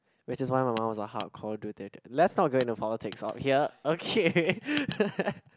which is why my mum was a hardcore Duterte let's not go into politics our here okay